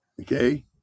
Okay